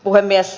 puhemies